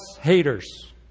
haters